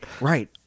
Right